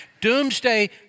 Doomsday